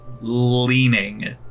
leaning